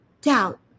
doubt